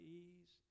ease